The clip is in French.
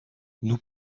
nous